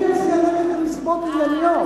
אני אעשה את זה מסיבות ענייניות,